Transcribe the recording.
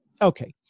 Okay